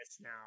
now